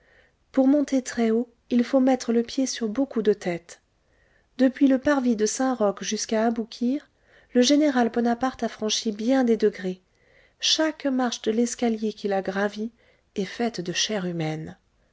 pour montrer très haut il faut mettre le pied sur beaucoup de têtes depuis le parvis de saint-roch jusqu'à aboukir le général bonaparte a franchi bien des degrés chaque marche de l'escalier qu'il a gravi est faite de chair humaine